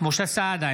משה סעדה,